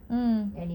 mm